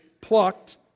plucked